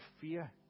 fear